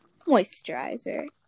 moisturizer